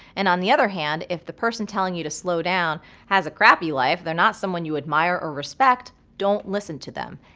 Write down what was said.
and on the other hand, if the person telling you to slow down has a crappy life, they're not someone you admire or respect, don't listen to them.